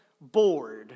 bored